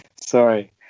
Sorry